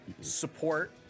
Support